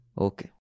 Okay